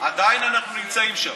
עדיין אנחנו נמצאים שם.